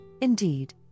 indeed